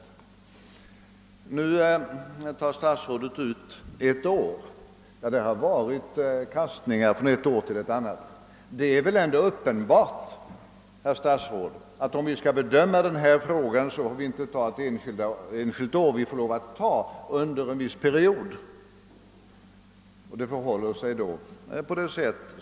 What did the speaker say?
Nu tar statsrådet ut ett enda år. Kastningar förekommer från ett år till ett annat. Det är väl ändå uppenbart, herr statsråd, att vi när vi skall bedöma denna fråga inte får ta ut ett enstaka år, utan måste studera en period. Det förhåller sig då som jag sade.